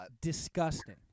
disgusting